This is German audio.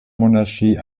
monarchie